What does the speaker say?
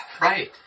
Right